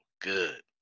good